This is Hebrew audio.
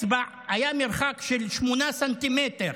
היה מרחק של 8 ס"מ